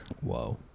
Whoa